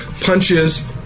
punches